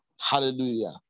Hallelujah